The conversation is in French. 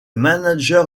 manager